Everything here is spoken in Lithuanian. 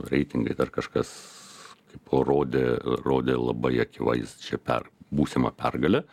reitingai dar kažkas rodė rodė labai akivaizdžią per būsimą pergalę